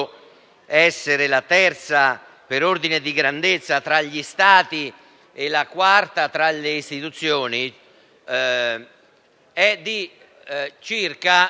essere la terza, in ordine di grandezza, tra gli Stati e la quarta tra le istituzioni) è di circa